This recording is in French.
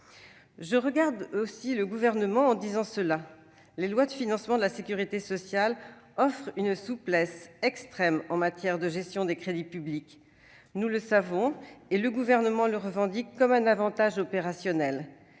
regarde aussi, madame la ministre, en disant cela : les lois de financement de la sécurité sociale offrent une extrême souplesse en matière de gestion des crédits publics. Nous le savons et le Gouvernement le revendique comme un avantage opérationnel.